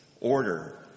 order